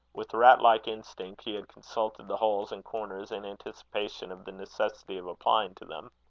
with rat-like instinct, he had consulted the holes and corners in anticipation of the necessity of applying to them.